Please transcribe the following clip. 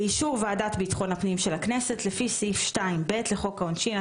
באישור ועדת ביטחון הפנים של הכנסת לפי סעיף 2(ב) לחוק העונשין,